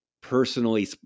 personally